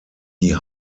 die